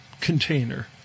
container